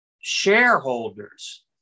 shareholders